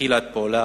והתחילה את פועלה